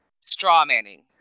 straw-manning